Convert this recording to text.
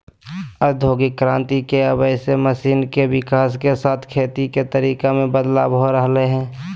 औद्योगिक क्रांति के आवय से मशीन के विकाश के साथ खेती के तरीका मे बदलाव हो रहल हई